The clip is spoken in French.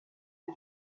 est